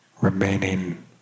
remaining